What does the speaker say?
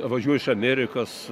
važiuoja iš amerikos